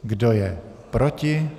Kdo je proti?